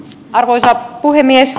arvoisa puhemies